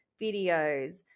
videos